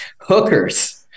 hookers